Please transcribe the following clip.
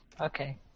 okay